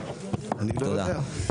אני לא יודע.